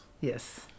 Yes